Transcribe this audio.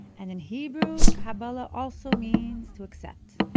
and in hebrew kabbalah also means to accept.